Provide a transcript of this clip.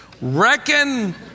Reckon